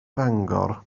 fangor